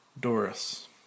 Doris